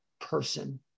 person